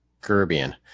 caribbean